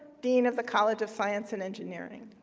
dean of the college of science and engineering.